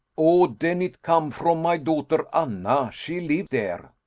oh, den it come from my daughter, anna. she live dere.